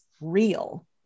real